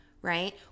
right